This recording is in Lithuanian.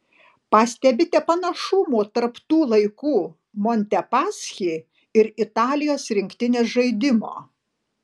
pastebite panašumų tarp tų laikų montepaschi ir italijos rinktinės žaidimo